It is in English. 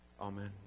Amen